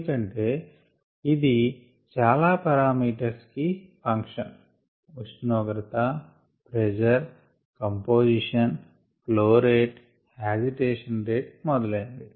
ఎందుకంటే ఇది ఇది చాలా పారామీటర్స్ కి ఫంక్షన్ ఉష్ణోగ్రత pressure composition flow rate agitation rate మొదలైనవి